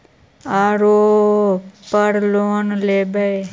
ओरापर लोन लेवै?